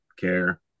care